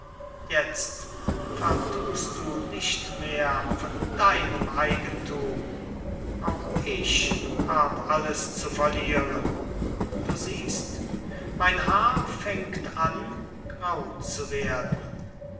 jetzt verthust du nichts mehr von deinem eigenthum auch ich hab alles zu verlieren du siehst mein haar fängt an grau zu werden